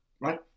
right